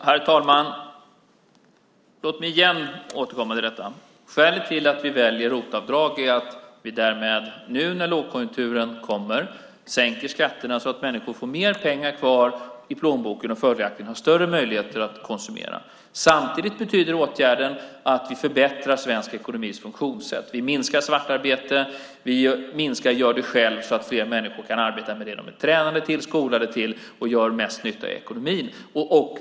Herr talman! Låt mig återigen återkomma till detta: Skälet till att vi väljer ROT-avdrag är att vi därmed, nu när lågkonjunkturen kommer, sänker skatterna så att människor får mer pengar kvar i plånboken och följaktligen har större möjligheter att konsumera. Samtidigt betyder åtgärden att vi förbättrar svensk ekonomis funktionssätt. Vi minskar svartarbete och gör-det-själv så att fler människor kan arbeta med det de är tränade och skolade till och där de gör mest nytta i ekonomin.